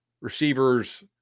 Receivers